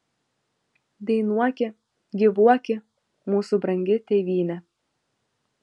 dainuoki gyvuoki mūsų brangi tėvyne